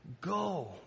Go